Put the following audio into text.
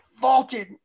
vaulted